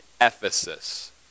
Ephesus